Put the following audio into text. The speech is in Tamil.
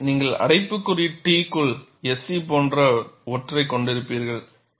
எனவே நீங்கள் அடைப்புக்குறி T க்குள் SE போன்ற ஒன்றைக் கொண்டிருப்பீர்கள்